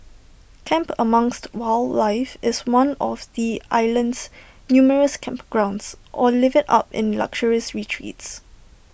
camp amongst wildlife in one of the island's numerous campgrounds or live IT up in luxurious retreats